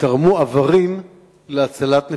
תרמו איברים להצלת נפשות.